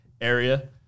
area